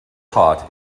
hot